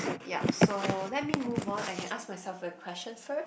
yup so let me move on I can ask myself for a question first